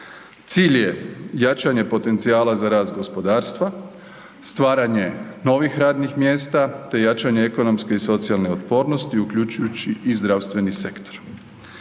Cilj je jačanje potencijala za rast gospodarstva, stvaranje novih radnih mjesta, te jačanje ekonomske i socijalne otpornosti uključujući i zdravstveni sektor.